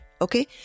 Okay